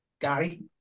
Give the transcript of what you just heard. Gary